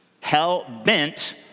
hell-bent